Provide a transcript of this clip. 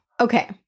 Okay